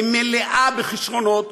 היא מלאה בכישרונות,